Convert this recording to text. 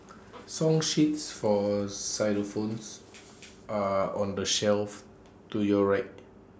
song sheets for xylophones are on the shelf to your right